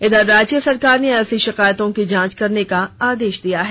इधर राज्य सरकार ने ऐसी शिकायतों की जांच करने का आदेश दिया है